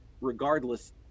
regardless